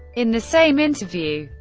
in the same interview,